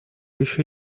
еще